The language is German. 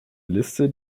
liste